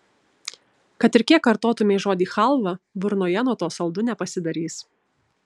kad ir kiek kartotumei žodį chalva burnoje nuo to saldu nepasidarys